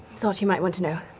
thought you might want to know.